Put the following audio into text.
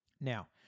Now